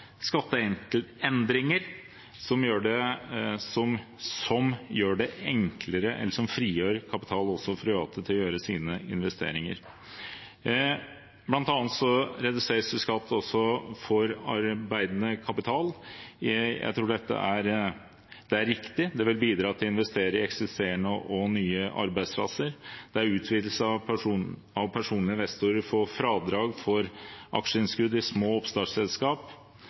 som frigjør kapital for private til å gjøre sine investeringer. Blant annet reduseres skatt på arbeidende kapital. Jeg tror dette er riktig, det vil bidra til å investere i eksisterende og nye arbeidsplasser. Det er en utvidelse for personlige investorer av fradrag for aksjeinnskudd i små